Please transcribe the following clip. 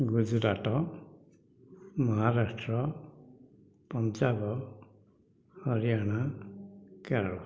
Gujarat Maharashtra Punjab Haryana Kerala